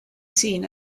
seen